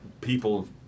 people